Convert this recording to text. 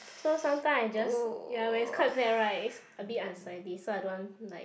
so sometime I just ya when it's quite bad right it's a bit unsightly so I don't want like